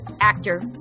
Actor